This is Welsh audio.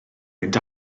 mynd